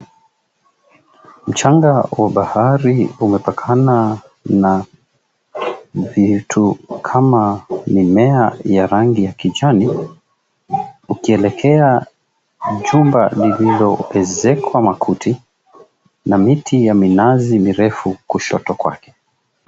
Mchanga wa bahari umepakana na vitu kama mimea ya rangi ya kijani, ukielekea jumba lililoezekwa makuti, na miti ya minazi mirefu kushoto kwake.